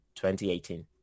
2018